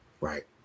Right